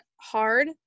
hard